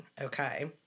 okay